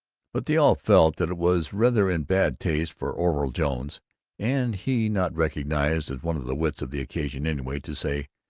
but they all felt that it was rather in bad taste for orville jones and he not recognized as one of the wits of the occasion anyway to say,